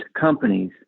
companies